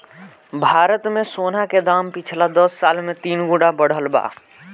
भारत मे सोना के दाम पिछला दस साल मे तीन गुना बढ़ल बा